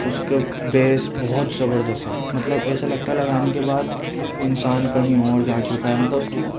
اُس کا بیس بہت زبردست ہے مطلب ایسا لگتا لگانے کے بعد کہ انسان کہیں اور جا چُکا ہے مطلب اُس کی